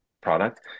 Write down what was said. product